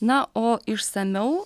na o išsamiau